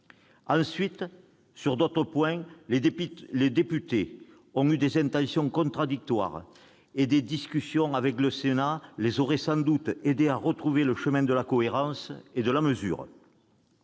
désaccord. Sur d'autres points encore, les députés ont eu des intentions contradictoires, et en discuter avec le Sénat les aurait sans doute aidés à retrouver le chemin de la cohérence et de la mesure.